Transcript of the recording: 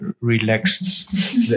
relaxed